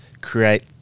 create